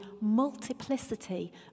multiplicity